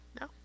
No